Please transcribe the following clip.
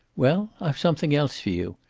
well, i've something else for you.